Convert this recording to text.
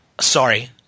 Sorry